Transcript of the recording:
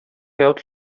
явдал